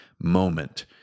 moment